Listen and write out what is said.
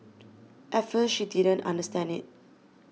at first she didn't understand it